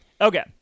Okay